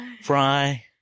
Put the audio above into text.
Fry